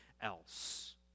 else